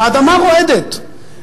האדמה רועדת.